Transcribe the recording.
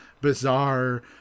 bizarre